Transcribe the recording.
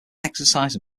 exercise